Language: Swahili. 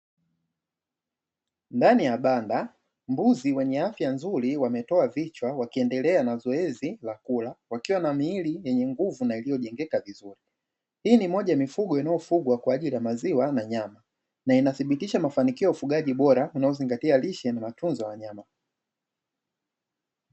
Ndani ya banda mbuzi wenye afya nzuri, wametoa vichwa wakiendelea na zoezi la kula wakiwa na miili yenye nguvu na iliyojengeka vizuri. Hii ni moja ya mifugo inayofugwa kwa ajili ya maziwa na nyama na inathibitisha mafanikio ya ufagaji bora unaozingatia lishe na matunzo ya wanyama.